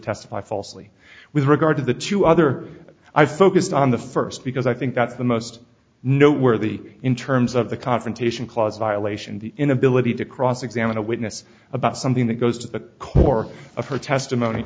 testify falsely with regard to the two other i focused on the first because i think that's the most noteworthy in terms of the confrontation clause violation the inability to cross examine a witness about something that goes to the core of her testimony